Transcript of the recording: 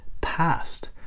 past